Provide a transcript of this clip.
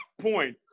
point